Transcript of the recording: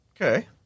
okay